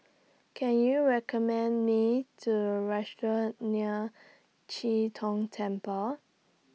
Can YOU recommend Me to A Restaurant near Chee Tong Temple